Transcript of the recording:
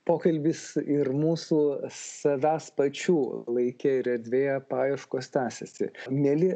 pokalbis ir mūsų savęs pačių laike ir erdvėje paieškos tęsiasi mieli